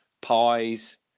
pies